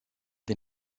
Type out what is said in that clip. des